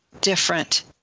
different